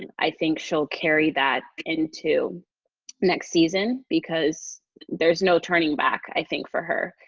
and i think she'll carry that into next season. because there's no turning back, i think, for her.